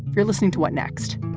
you're listening to what next?